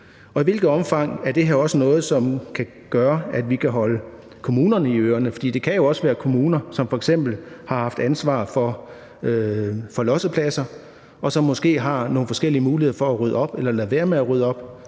Og i hvilket omfang er det her også noget, som kan gøre, at vi kan holde kommunerne i ørerne, for det kan jo også være kommuner, som f.eks. har haft ansvar for lossepladser, og som måske har nogle forskellige muligheder for at rydde op eller lade være med at rydde op?